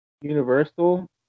Universal